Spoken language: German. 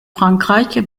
frankreich